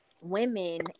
women